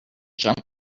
jump